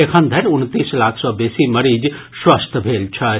एखन धरि उनतीस लाख सँ बेसी मरीज स्वस्थ भेल छथि